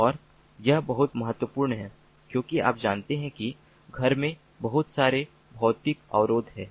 और यह बहुत महत्वपूर्ण है क्योंकि आप जानते हैं कि घर में बहुत सारे भौतिक अवरोध हैं